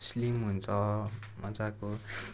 slim हुन्छ मजाको